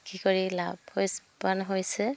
বিক্ৰী কৰি লাভ হৈছোঁ লাভৱান হৈছে